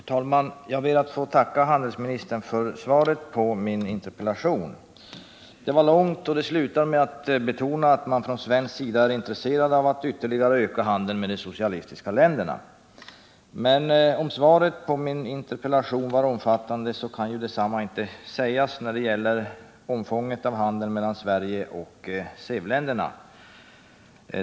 Herr talman! Jag ber att få tacka handelsministern för svaret på min interpellation. Det var långt, och det slutar med att handelsministern betonar att man från svensk sida är intresserad av att ytterligare öka handeln med de socialistiska länderna. Men även om svaret på min interpellation var omfattande, så kan detsamma inte sägas när det gäller omfånget av handeln mellan Sverige och SEV-länderna.